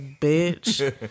bitch